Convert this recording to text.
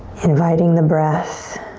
inviting the breath